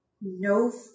No